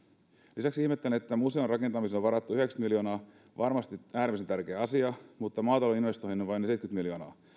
lisäksi ihmettelen että museon rakentamiseen on varattu yhdeksänkymmentä miljoonaa varmasti äärimmäisen tärkeä asia mutta maatalouden investointeihin vain seitsemänkymmentä miljoonaa